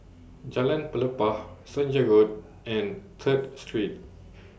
Jalan Pelepah Senja Road and Third Street